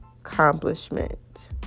accomplishment